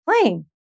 playing